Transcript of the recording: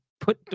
put